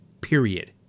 period